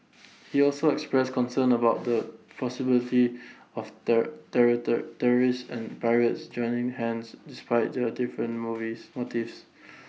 he also expressed concern about the possibility of terrorists and pirates joining hands despite their different movies motives